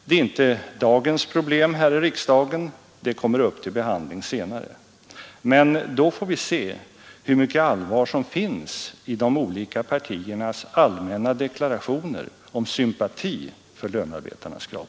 Det är inte dagens problem här i riksdagen: det kommer upp till behandling senare. Då får vi se hur mycket allvar som finns i de olika partiernas allmänna deklarationer om sympati för lönarbetarnas krav.